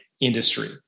industry